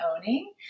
owning